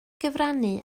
gyfrannu